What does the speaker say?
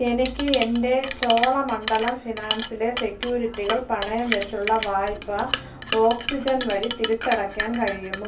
എനിക്ക് എൻ്റെ ചോളമണ്ഡലം ഫിനാൻസിലെ സെക്യൂരിറ്റികൾ പണയംവെച്ചുള്ള വായ്പ ഓക്സിജൻ വഴി തിരിച്ചടയ്ക്കാൻ കഴിയുമോ